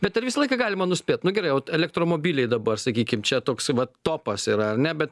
bet ar visą laiką galima nuspėt nu gerai ot elektromobiliai dabar sakykim čia toks vat topas yra ne bet